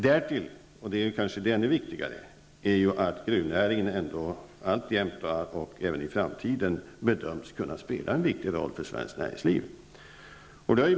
Därtill kommer, vilket kanske är ännu viktigare att gruvnäringen alltjämt och även i framtiden bedöms kunna spela en viktig roll för svenskt näringsliv.